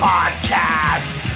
Podcast